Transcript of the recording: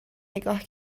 نگاه